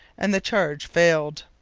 and the charge failed.